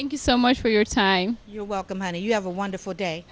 thank you so much for your time you're welcome and you have a wonderful day